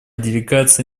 делегация